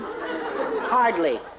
hardly